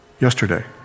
Yesterday